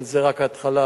אבל זו רק ההתחלה.